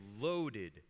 loaded